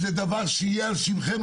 זה דבר שיהיה על שמכם.